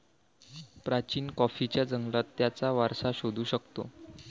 प्राचीन कॉफीच्या जंगलात त्याचा वारसा शोधू शकतो